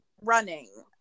running